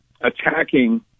attacking